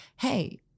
Hey